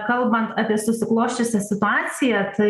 kalbant apie susiklosčiusią situaciją tai